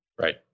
Right